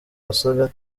wasaga